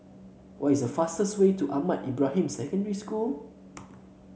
what is a fastest way to Ahmad Ibrahim Secondary School